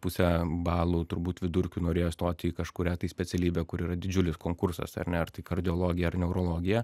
puse balų turbūt vidurkių norėjo stoti į kažkurią specialybę kur yra didžiulis konkursas ar ne ar tai kardiologija ar neurologija